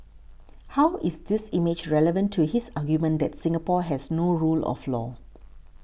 how is this image relevant to his argument that Singapore has no rule of law